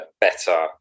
better